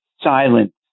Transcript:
silence